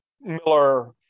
Miller